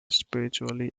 spiritually